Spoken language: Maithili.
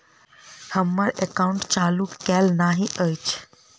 हम्मर एकाउंट चालू केल नहि अछि?